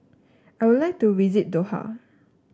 I would like to visit Doha